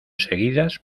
seguidas